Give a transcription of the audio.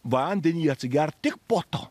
vandenį atsigert tik po to